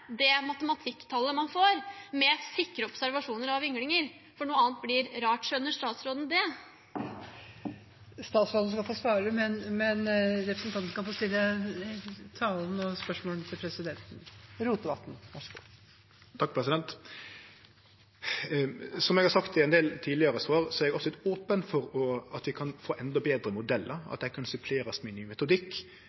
det matematikktallet man får, med sikre observasjoner av ynglinger, for noe annet blir rart. Skjønner statsråden det? Representanten skal rette talen til presidenten. Som eg har sagt i ein del tidlegare svar, er eg absolutt open for at vi kan få endå betre modellar,